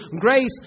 grace